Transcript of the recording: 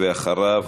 ואחריו,